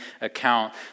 account